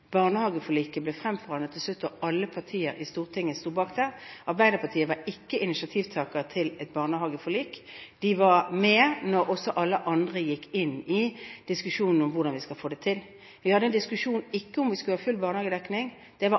Barnehageforliket ble til slutt fremforhandlet, og alle partier på Stortinget sto bak det. Arbeiderpartiet var ikke initiativtaker til et barnehageforlik. De var med da også alle andre gikk inn i diskusjonen om hvordan vi skulle få det til. Vi hadde ikke en diskusjon om vi skulle ha full barnehagedekning. Det var